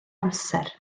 amser